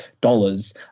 dollars